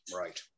Right